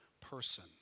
person